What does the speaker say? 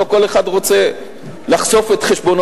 לא כל אחד רוצה לחשוף את חשבונותיו,